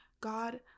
God